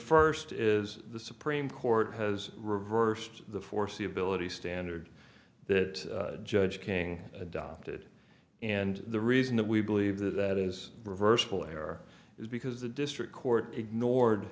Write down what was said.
first is the supreme court has reversed the foreseeability standard that judge king adopted and the reason that we believe that is reversible error is because the district court ignored